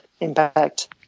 impact